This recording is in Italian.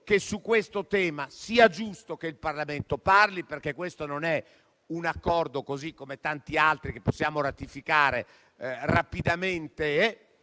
Grazie